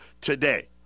today